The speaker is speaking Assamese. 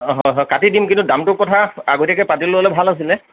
অঁ হয় হয় কাটি দিম কিন্তু দামটো কথা আগতীয়াকৈ পাতি ল'লে ভাল আছিলে